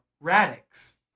Radix